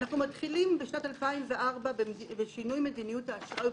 בשנת 2004 אנחנו מתחילים בשינוי מדיניות האשראי,